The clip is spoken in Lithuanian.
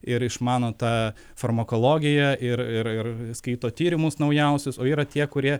ir išmano tą farmakologiją ir ir ir skaito tyrimus naujausius o yra tie kurie